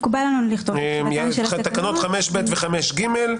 מקובל עלינו לכתוב --- תקנות 5ב ו-5ג,